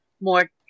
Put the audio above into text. more